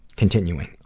Continuing